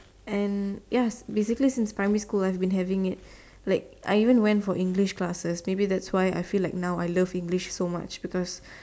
and ya basically since primary school I've been having it like I even went for English classes maybe that's why I feel like now I love English so much because